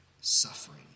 suffering